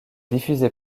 diffusait